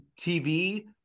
TV